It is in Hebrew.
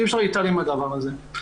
אי-אפשר להתעלם מהדבר הזה.